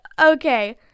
Okay